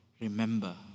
remember